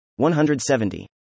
170